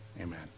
Amen